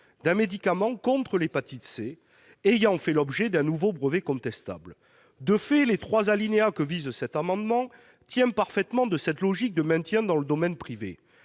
d'un médicament contre l'hépatite C ayant fait l'objet d'un nouveau brevet contestable. De fait, les trois alinéas que vise cet amendement tiennent parfaitement de cette logique de maintien dans le domaine privé.